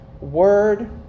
word